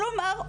כלומר,